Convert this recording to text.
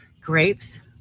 Grapes